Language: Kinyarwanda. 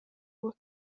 uwa